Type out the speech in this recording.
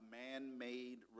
man-made